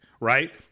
right